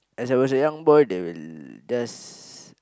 as I was a young boy they will just